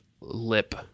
lip